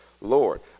Lord